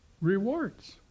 Rewards